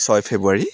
ছয় ফেব্ৰুৱাৰী